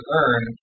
earn